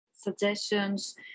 suggestions